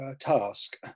Task